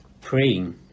praying